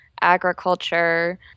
agriculture